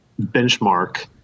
benchmark